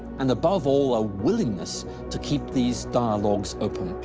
and, above all, a willingness to keep these dialogues open.